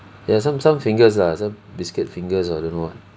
ya some some fingers lah some biscuit fingers or don't know what